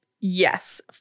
Yes